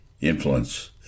influence